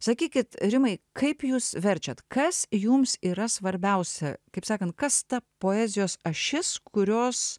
sakykit rimai kaip jūs verčiat kas jums yra svarbiausia kaip sakant kas ta poezijos ašis kurios